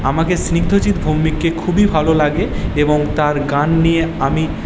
আমাকে স্নিগ্ধজিৎ ভৌমিককে খুবই ভালো লাগে এবং তার গান নিয়ে আমি